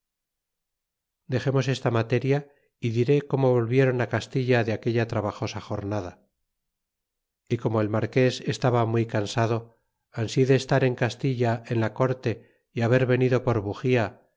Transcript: dexemos esta materia y diré como volvieron castilla de aquella trabajosa jornada y como el m'arquea estaba muy cansado ansi de estar en castilla en la corte y haber venido por ruxia